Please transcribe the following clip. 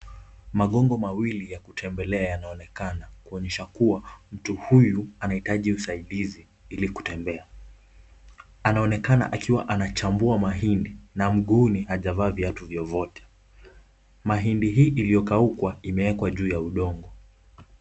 Magongo mawili ya kutembelea yanaonekana, kuonyesha kuwa mtu huyu anahitaji usaidizi ili kutembea , anaonekana akiwa anachambua mahindi, na mguuni hajavaa viatu vyovyote, mahindi hii iliyokauka imewekwa juu ya udongo.